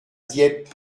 dieppe